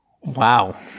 Wow